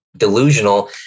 delusional